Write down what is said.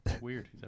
Weird